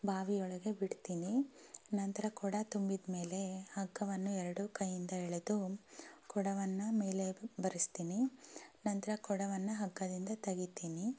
ಬಾವಿಯೊಳಗೆ ಬಿಡ್ತೀನಿ ನಂತರ ಕೊಡ ತುಂಬಿದ ಮೇಲೆ ಹಗ್ಗವನ್ನು ಎರಡೂ ಕೈಯಿಂದ ಎಳೆದು ಕೊಡವನ್ನು ಮೇಲೆ ಬರಿಸ್ತೀನಿ ನಂತರ ಕೊಡವನ್ನು ಹಗ್ಗದಿಂದ ತೆಗಿತೀನಿ